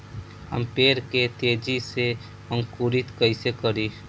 हम पेड़ के तेजी से अंकुरित कईसे करि?